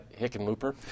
Hickenlooper